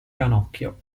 ranocchio